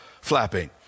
flapping